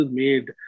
made